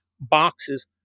boxes